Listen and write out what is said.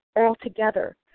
altogether